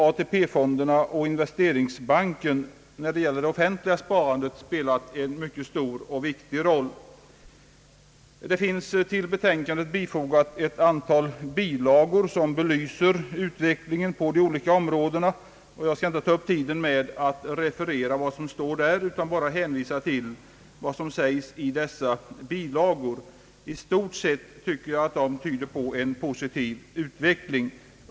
ATP-fonderna och investeringsbanken har härvid när det gäller det offentliga sparandet spelat en mycket stor och viktig roll. Till betänkandet finns fogat ett antal bilagor som belyser utvecklingen av sparandet på olika områden. Jag skall inte ta upp tiden med att referera vad som står där utan hänvisar till vad som står i bilagorna. I stort sett tycker jag att det tyder på en positiv utveckling.